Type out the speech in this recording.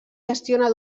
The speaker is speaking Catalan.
gestiona